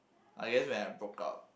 I guess when I broke up